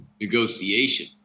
negotiation